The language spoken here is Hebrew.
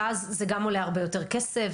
ואז זה גם עולה הרבה יותר כסף,